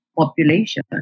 population